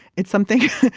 it's something.